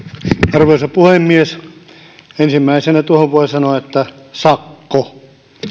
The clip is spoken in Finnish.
arvoisa puhemies ensimmäisenä tuohon voi sanoa että sakko